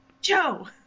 Joe